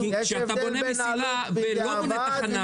יש הבדל בין עלות --- כשאתה בונה מסילה ולא בונה תחנה,